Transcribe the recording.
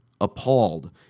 appalled